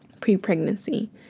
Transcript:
pre-pregnancy